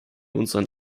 unseren